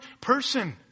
person